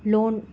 loan